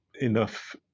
enough